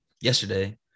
yesterday –